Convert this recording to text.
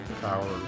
Power